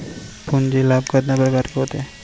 पूंजी लाभ कतना प्रकार के होथे?